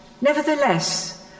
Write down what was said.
Nevertheless